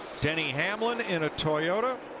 denny hamlin in a toyota,